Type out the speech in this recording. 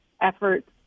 efforts